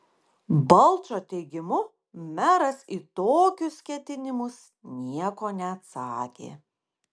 balčo teigimu meras į tokius ketinimus nieko neatsakė